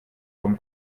vom